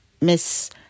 Miss